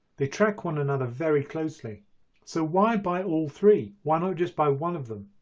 they track one another very closely so why buy all three why not just buy one of them?